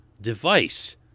device